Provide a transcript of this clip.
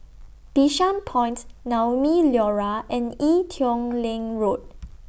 Bishan Point Naumi Liora and Ee Teow Leng Road